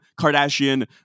Kardashian